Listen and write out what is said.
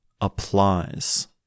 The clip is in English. applies